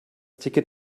ticket